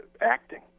acting